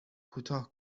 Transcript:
کوتاه